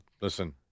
Listen